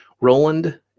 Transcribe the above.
Roland